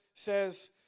says